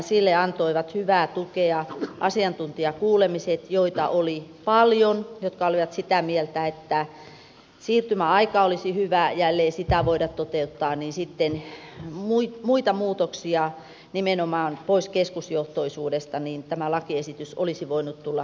sille antoivat hyvää tukea asiantuntijakuulemiset joita oli paljon ja he olivat sitä mieltä että siirtymäaika olisi hyvä ja ellei sitä voida toteuttaa niin sitten muita muutoksia nimenomaan pois keskusjohtoisuudesta niin tämä lakiesitys olisi voinut tulla hyväksyttäväksi